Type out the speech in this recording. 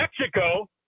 Mexico